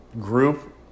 group